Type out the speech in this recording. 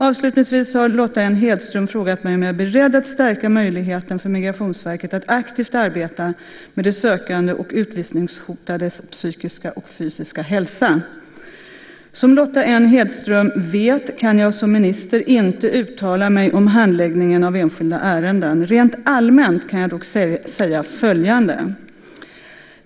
Avslutningsvis har Lotta N Hedström frågat mig om jag är beredd att stärka möjligheten för Migrationsverket att aktivt arbeta med de sökandes och utvisningshotades psykiska och fysiska hälsa. Som Lotta N Hedström vet kan jag som minister inte uttala mig om handläggningen av enskilda ärenden. Rent allmänt kan jag dock säga följande.